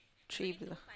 trigger